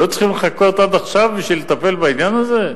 היו צריכים לחכות עד עכשיו בשביל לטפל בעניין הזה?